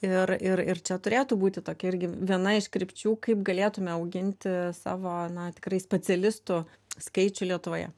ir ir ir čia turėtų būti tokia irgi viena iš krypčių kaip galėtume auginti savo na tikrai specialistų skaičių lietuvoje